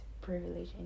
privilege